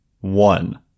one